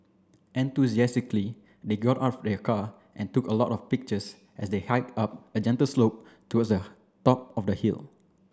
enthusiastically they got out of their car and took a lot of pictures as they hiked up a gentle slope towards a top of the hill